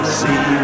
see